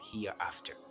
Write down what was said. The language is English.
hereafter